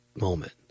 moment